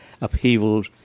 upheavals